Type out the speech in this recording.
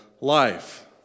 life